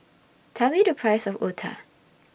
Tell Me The Price of Otah